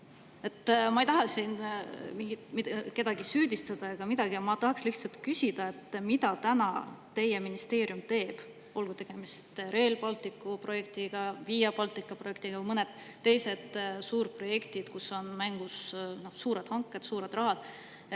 Ma ei taha siin kedagi süüdistada ega midagi, ma tahan lihtsalt küsida, mida täpsemalt teie ministeerium teeb – olgu tegemist Rail Balticu projektiga, Via Baltica projektiga või mõne teise suurprojektiga, kus on mängus suured hanked, suured rahad